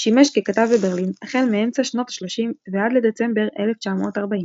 שימש ככתב בברלין החל מאמצע שנות ה-30 ועד לדצמבר 1940,